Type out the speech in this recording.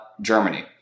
Germany